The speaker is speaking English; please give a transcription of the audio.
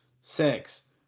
six